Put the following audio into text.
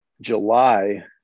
july